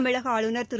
தமிழக ஆளுநர் திரு